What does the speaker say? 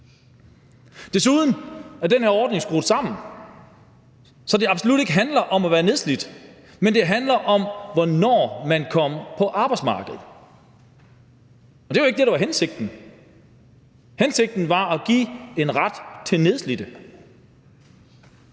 Desuden er den her ordning skruet sammen, så det absolut ikke handler om at være nedslidt, men det handler om, hvornår man kom på arbejdsmarkedet, og det er jo ikke det, der var hensigten. Hensigten var at give en ret til nedslidte.